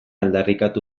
aldarrikatu